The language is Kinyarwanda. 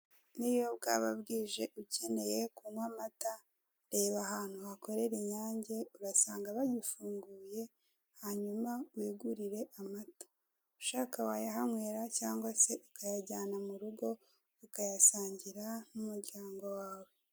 Niyo bwaba bwije ukeneye kunywa amata reba ahantu hakorera inyange urasanga bagifunguye, hanyuma wigurire amata. Ushaka wayahanywera cyangwa se ukayajyana mu rugo ukayasangira n'umuryango wawe.